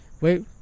wait